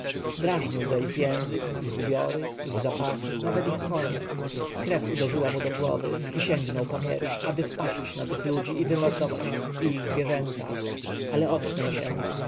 drażnił go ich język ich ubiory ich zapach nawet ich konie krew uderzyła mu do głowy i sięgnął po miecz aby wpaść na tych ludzi i wymordować ich i ich zwierzęta ale ocknął się